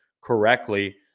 correctly